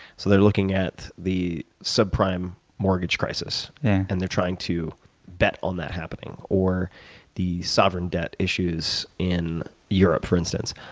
so they're looking at the subprime mortgage crisis and they're trying to bet on that happening. or the sovereign debt issues in europe, for instance.